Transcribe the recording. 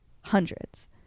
hundreds